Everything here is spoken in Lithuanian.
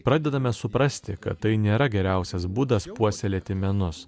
pradedame suprasti kad tai nėra geriausias būdas puoselėti menus